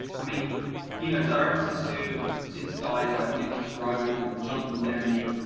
i mean you know directors who have since died like nicholas rogue and jonathan demmey,